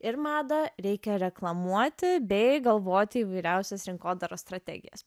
ir madą reikia reklamuoti bei galvoti įvairiausias rinkodaros strategijas